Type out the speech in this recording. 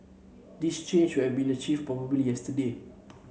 this change should have been achieved probably yesterday